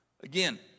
again